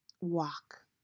walk